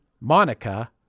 Monica